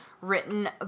written